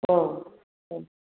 औ